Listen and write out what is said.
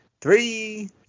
Three